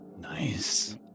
Nice